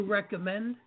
recommend